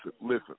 listen